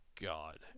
god